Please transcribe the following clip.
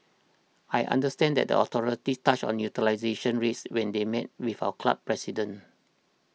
I understand that the authorities touched on utilisation rates when they met with our club's president